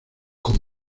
con